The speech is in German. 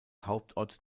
hauptort